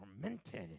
tormented